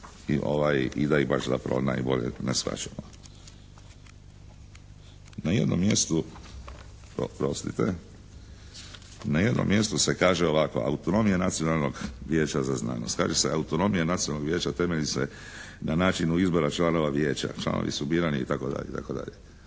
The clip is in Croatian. Na jednom mjestu, oprostite, na jednom mjestu se kaže ovako autonomija Nacionalnog vijeća za znanost, kaže se autonomija Nacionalnog vijeća temelji se na načinu izbora članova Vijeća, članovi su birani itd.,